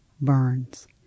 Burns